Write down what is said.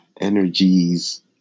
Energies